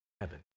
heaven